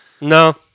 no